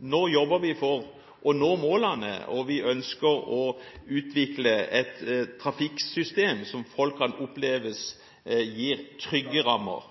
nå jobber vi for å nå målene, og vi ønsker å utvikle et trafikksystem som folk kan oppleve gir trygge rammer?